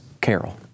Carol